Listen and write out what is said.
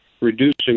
reducing